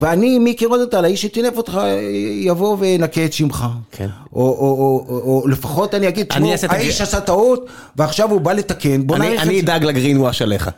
ואני, מי קירות אותה, לאיש שתינף אותך, יבוא ונקה את שמך. כן. או לפחות אני אגיד, תנור, האיש עשה טעות, ועכשיו הוא בא לתקן, בוא נלך... אני אדאג לגרין וואש עליך.